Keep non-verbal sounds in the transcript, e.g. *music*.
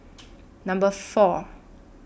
*noise* Number four